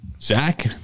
Zach